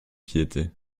piété